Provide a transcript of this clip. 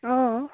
অঁ